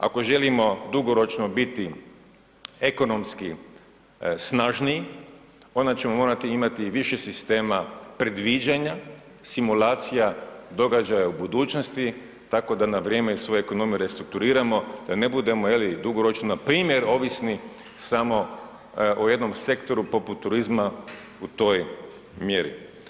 Ako želimo dugoročno biti ekonomski snažniji onda ćemo morati imati više sistema predviđanja simulacija događaja u budućnosti, tako da na vrijeme svoje ekonomije restrukturiramo da ne budemo dugoročno npr. ovisni samo o jednom sektoru poput turizma u toj mjeri.